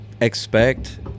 expect